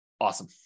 Awesome